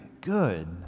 good